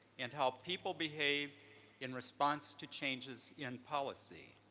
and how people behave in response to changes in policy.